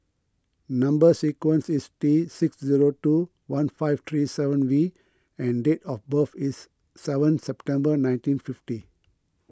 Number Sequence is T six zero two one five three seven V and date of birth is seventh September nineteen fifty